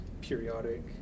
periodic